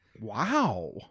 wow